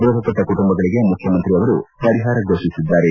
ಮೃತಪಟ್ವ ಕುಟುಂಬಗಳಗೆ ಮುಖ್ಯಮಂತ್ರಿ ಅವರು ಪರಿಹಾರ ಘೋಷಿಸಿದ್ದಾರೆ